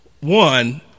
one